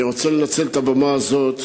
אני רוצה לנצל את הבמה הזאת